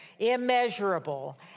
immeasurable